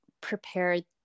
prepared